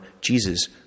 Jesus